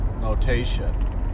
notation